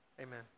Amen